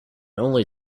only